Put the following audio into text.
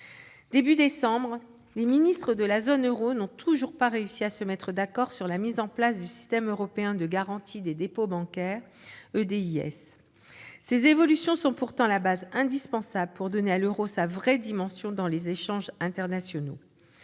Début décembre, les ministres de la zone euro n'ont toujours pas réussi à se mettre d'accord sur la mise en place du système européen de garantie des dépôts bancaires. Ces évolutions sont pourtant la base indispensable pour donner à l'euro sa vraie dimension dans les échanges internationaux.